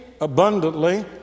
abundantly